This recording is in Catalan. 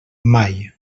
mai